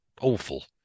awful